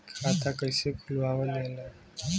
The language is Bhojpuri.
खाता कइसे खुलावल जाला?